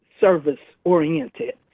service-oriented